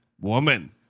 woman